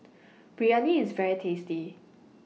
Biryani IS very tasty